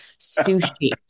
sushi